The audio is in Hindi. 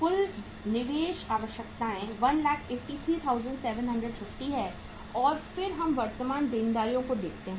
कुल निवेश आवश्यकताएं 183750 हैं और फिर हम वर्तमान देनदारियों को देखते हैं